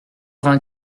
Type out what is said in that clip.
vingt